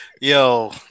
Yo